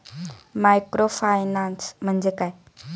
Microfinance म्हणजे काय?